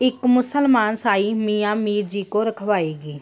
ਇੱਕ ਮੁਸਲਮਾਨ ਸਾਈ ਮੀਆਂ ਮੀਰ ਜੀ ਤੋਂ ਰਖਵਾਈ ਗਈ